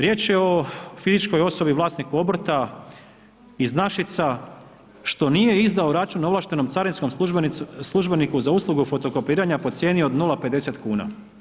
Riječ je o fizičkoj osobi, vlasniku obrta iz Našica što nije izdao račun ovlaštenom carinskom službeniku za uslugu fotokopiranja po cijeni od 0,50 kn.